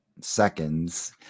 seconds